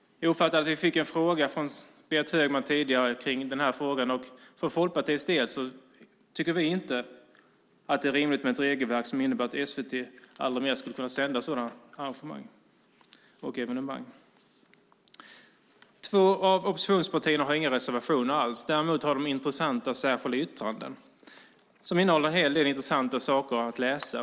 Jag uppfattade att Berit Högman ställde en fråga om detta. Vi i Folkpartiet tycker inte att det är rimligt med ett regelverk som innebär att SVT aldrig mer kan sända sådana arrangemang och evenemang. Två av oppositionspartierna har inga reservationer alls. Däremot har de lagt fram intressanta särskilda yttranden. De innehåller en hel del intressanta saker att läsa.